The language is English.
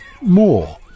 more